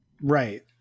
Right